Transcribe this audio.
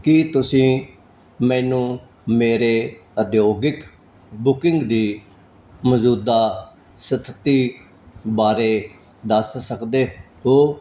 ਕੀ ਤੁਸੀਂ ਮੈਨੂੰ ਮੇਰੇ ਉਦਯੋਗਿਕ ਬੁਕਿੰਗ ਦੀ ਮੌਜੂਦਾ ਸਥਿਤੀ ਬਾਰੇ ਦੱਸ ਸਕਦੇ ਹੋ